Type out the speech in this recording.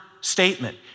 statement